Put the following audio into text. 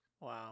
Wow